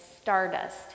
Stardust